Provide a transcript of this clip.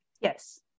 yes